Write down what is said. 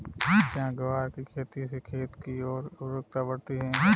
क्या ग्वार की खेती से खेत की ओर उर्वरकता बढ़ती है?